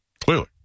Clearly